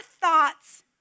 thoughts